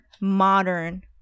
modern